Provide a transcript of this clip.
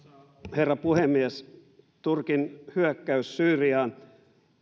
herra puhemies turkin hyökkäys syyriaan